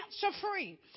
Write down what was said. cancer-free